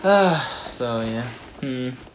so ya